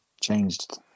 changed